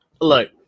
look